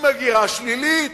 עם הגירה שלילית.